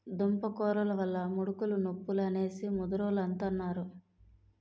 దుంపకూరలు వల్ల ముడుకులు నొప్పులు అనేసి ముదరోలంతన్నారు